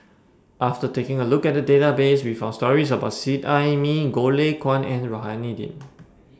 after taking A Look At The Database We found stories about Seet Ai Mee Goh Lay Kuan and Rohani Din